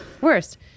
Worst